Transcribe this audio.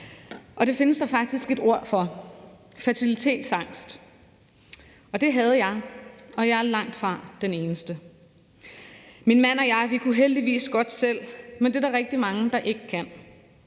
Det findes der faktisk et ord for: fertilitetsangst. Det havde jeg, og jeg er langtfra den eneste. Min mand og jeg kunne heldigvis godt selv, men det er der rigtig mange der ikke kan.